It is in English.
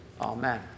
Amen